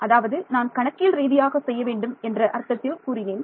மாணவர் அதாவது நான் கணக்கியல் ரீதியாக செய்ய வேண்டும் என்ற அர்த்தத்தில் கூறினேன்